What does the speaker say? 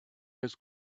his